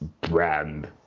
brand